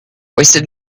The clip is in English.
wasted